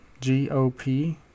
GOP